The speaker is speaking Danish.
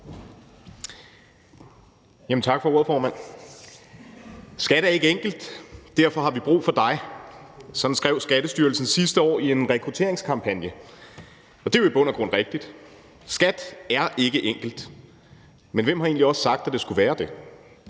Skat er ikke enkelt, derfor har vi brug for dig. Sådan skrev Skattestyrelsen sidste år i en rekrutteringskampagne, og det er jo i bund og grund rigtigt. Skat er ikke enkelt. Men hvem har egentlig også sagt, at det skulle være det?